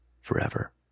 forever